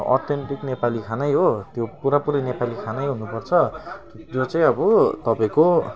authentic Nepali खानै हो त्यो पुरापुरी नेपाली खानै हुनु पर्छ जो चाहिँ अब तपाईँको